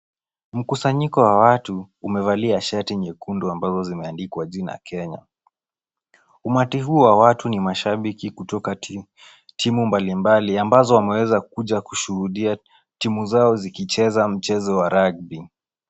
Mkusanyiko wa watu umevalia shati nyekundu ambazo zimeandikwa jina Kenya. Umati huu wa watu ni mashabiki kutoka timu mbali mbali ambazo wameweza kuja kushuhudia timu zao zikicheza mchezo wa rugby .